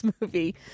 movie